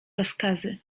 rozkazy